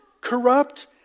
corrupt